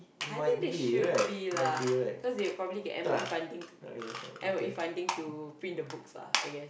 I think they should be lah cause they would probably get M_O_E funding M_O_E funding to print the books ah I guess